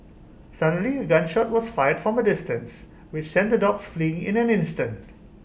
suddenly A gun shot was fired from A distance which sent the dogs fleeing in an instant